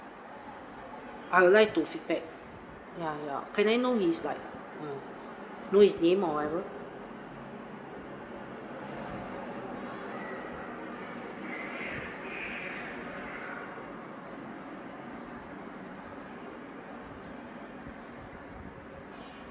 I would like to feedback ya ya can I know his like err know his name or whatever